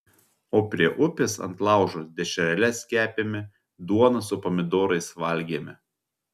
o prie upės ant laužo dešreles kepėme duoną su pomidorais valgėme